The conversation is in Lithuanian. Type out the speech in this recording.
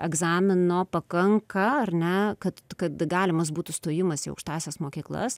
egzamino pakanka ar ne kad kad galimas būtų stojimas į aukštąsias mokyklas